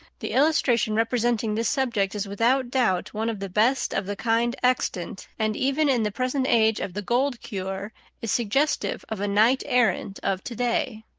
the illustration representing this subject is without doubt one of the best of the kind extant, and even in the present age of the gold-cure is suggestive of a night-errant of to-day.